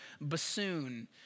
bassoon